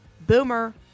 Boomer